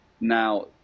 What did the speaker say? Now